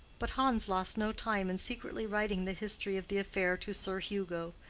but hans lost no time in secretly writing the history of the affair to sir hugo,